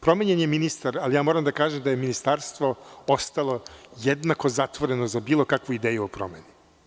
Promenjen je ministar, ali ja moram da kažem da je Ministarstvo ostalo jednako zatvoreno za bilo kakvu ideju o promenama.